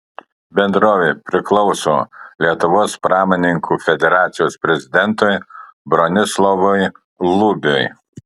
bendrovė priklauso lietuvos pramonininkų federacijos prezidentui bronislovui lubiui